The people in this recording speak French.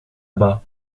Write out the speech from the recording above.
bas